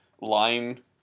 line